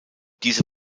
diese